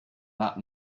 that